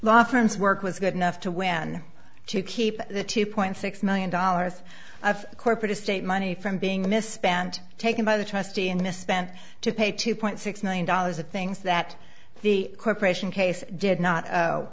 law firms work was good enough to win to keep the two point six million dollars of corporate estate money from being misspent taken by the trustee in a spent to pay two point six million dollars the things that the corporation case did not